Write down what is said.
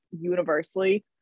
universally